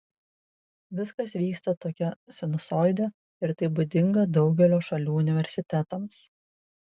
viskas vyksta tokia sinusoide ir tai būdinga daugelio šalių universitetams